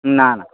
না না